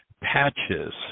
Patches